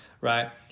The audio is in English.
right